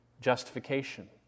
justification